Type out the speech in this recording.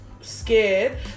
scared